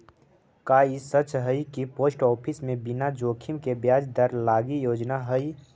का ई सच हई कि पोस्ट ऑफिस में बिना जोखिम के ब्याज दर लागी योजना हई?